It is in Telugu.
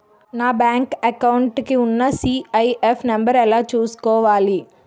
నా బ్యాంక్ అకౌంట్ కి ఉన్న సి.ఐ.ఎఫ్ నంబర్ ఎలా చూసుకోవాలి?